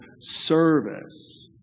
service